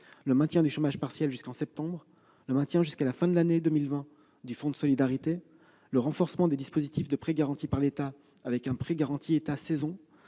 %, maintien du chômage partiel jusqu'en septembre, prolongement jusqu'à la fin de l'année du fonds de solidarité, renforcement des dispositifs de prêts garantis par l'État avec le prêt garanti « État saison